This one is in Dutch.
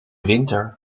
winter